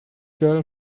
girl